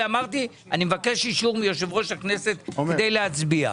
ואמרתי שאני מבקש אישור מיושב-ראש הכנסת כדי להצביע.